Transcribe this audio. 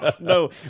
No